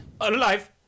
alive